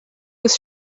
des